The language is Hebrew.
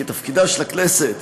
כי תפקידה של הכנסת